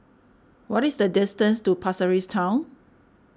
what is the distance to Pasir Ris Town